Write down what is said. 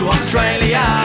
Australia